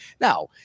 Now